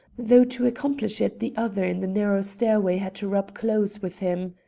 though to accomplish it the other in the narrow stairway had to rub clothes with him.